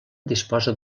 disposa